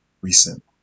recent